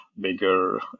bigger